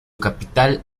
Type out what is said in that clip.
capital